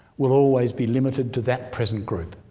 will always be limited to that present group.